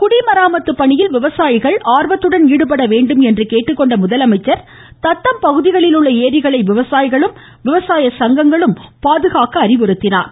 குடிமராமத்து பணியில் விவசாயிகள் ஆர்வத்துடன் ஈடுபட வேண்டும் என்று கேட்டுக்கொண்ட முதலமைச்சர் தத்தம் பகுதிகளில் உள்ள ஏரிகளை விவசாயிகளும் விவசாய சங்கங்களும் பாதுகாக்க அறிவுறுத்தினார்